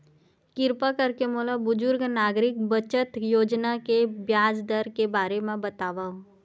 किरपा करके मोला बुजुर्ग नागरिक बचत योजना के ब्याज दर के बारे मा बतावव